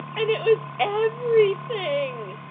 i mean it was everything.